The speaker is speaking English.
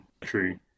True